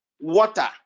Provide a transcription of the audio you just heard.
water